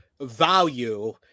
value